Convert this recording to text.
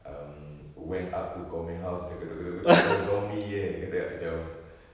um went up to kau punya house ketuk ketuk ketuk ketuk macam zombie eh kita cakap macam